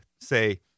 say